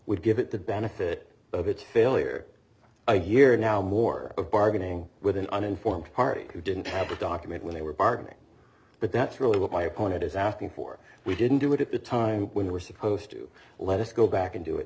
would give it the benefit of its failure i hear now more of bargaining with an uninformed party who didn't have a document when they were bargaining but that's really what my opponent is asking for we didn't do it at the time when we were supposed to let us go back and do it